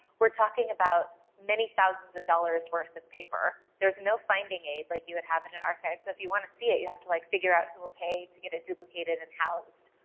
we're talking about many thousands of dollars worth of paper. there's no finding aid like you would have in an archive, so if you want to see it you have to, like, figure out who will pay to get it duplicated and housed.